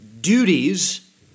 duties